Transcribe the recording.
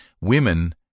Women